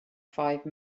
five